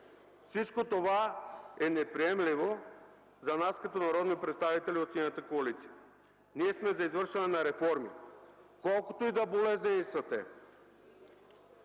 Всичко това е неприемливо за нас като народни представители от Синята коалиция. Ние сме за извършване на реформи, колкото и болезнени да са те,